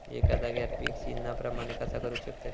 एका जाग्यार पीक सिजना प्रमाणे कसा करुक शकतय?